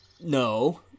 No